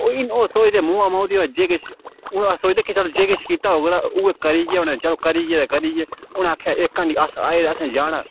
ओह् इ'न्न ओह् सोचदे मोआ माऊदीजबा जे किश हून अस सोचदे कि चल जे किश कीता होग ते उ'ऐ करी गै होना चलो करी गे ते करी गे हून आखेआ इक हांड़ी अस आये ते असें जाना